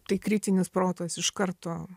tai kritinis protas iš karto